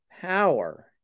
power